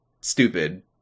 stupid